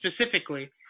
specifically